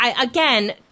Again